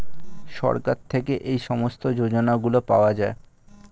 সরকার থেকে এই সমস্ত যোজনাগুলো পাওয়া যায়